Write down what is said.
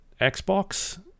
Xbox